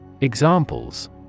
Examples